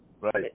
Right